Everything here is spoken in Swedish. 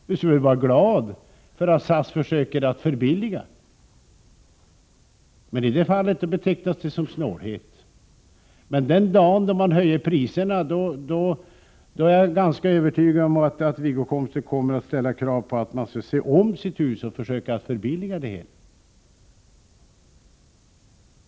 Vi skall väl vara glada åt att SAS försöker förbilliga verksamheten. Men det betecknas som snålhet. Den dag SAS höjer priserna är jag ganska övertygad om att Wiggo Komstedt kommer att ställa krav på att man skall se om sitt hus och försöka förbilliga det hela.